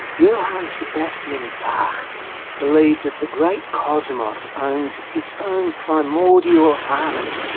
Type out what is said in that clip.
johann sebastian bach believed that the great cosmos owns its own primordial harmony,